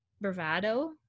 Bravado